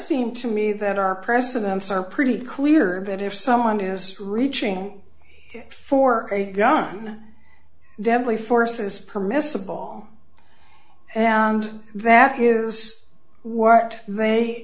seem to me that our presidents are pretty clear that if someone is reaching for a gun deadly force is permissible and that is what